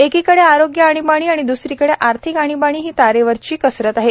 एकीकडे आरोग्य आणीबाणी आणि दसरीकडे आर्थिक आणीबाणी ही तारेवरची कसरत आहे